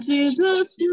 Jesus